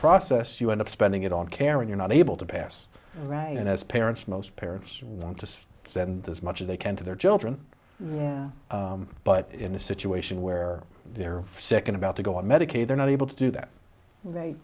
process you end up spending it on caring you're not able to pass right in as parents most parents want to send as much as they can to their children but in a situation where their second about to go on medicaid they're not able to do that they